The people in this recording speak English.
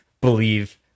believe